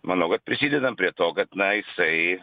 manau kad prisidedam prie to kad na jisai